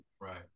Right